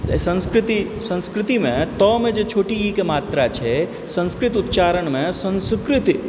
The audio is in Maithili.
संस्कृति संस्कृतिमे तमे जे छोटी इ के मात्रा छै संस्कृत उचारणमे संस्कृति